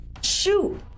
shoot